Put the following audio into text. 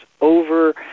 over